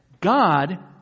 God